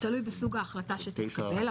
-- תלוי בסוג ההחלטה שתתקבל,